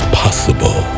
possible